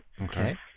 Okay